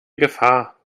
gefahr